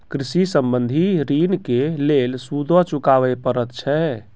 कृषि संबंधी ॠण के लेल सूदो चुकावे पड़त छै?